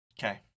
Okay